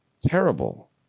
terrible